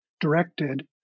directed